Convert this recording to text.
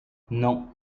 non